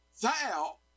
Thou